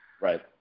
Right